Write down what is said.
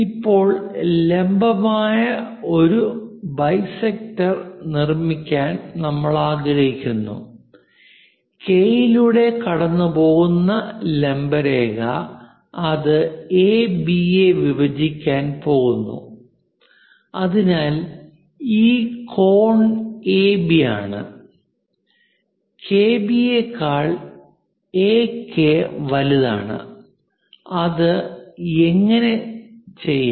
ഇപ്പോൾ ലംബമായ ഒരു ബൈസെക്ടർ നിർമ്മിക്കാൻ നമ്മൾ ആഗ്രഹിക്കുന്നു കെ യിലൂടെ കടന്നുപോകുന്ന ലംബ രേഖ അത് എബി യെ വിഭജിക്കാൻ പോകുന്നു അതിനാൽ ഈ കോൺ എബി ആണ് കെബി യെക്കാൾ എകെ വലുതാണ് അത് എങ്ങനെ ചെയ്യാം